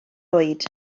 oed